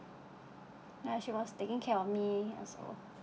she was taking care of me also